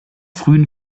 frühen